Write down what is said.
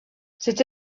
cette